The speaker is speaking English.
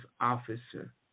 officer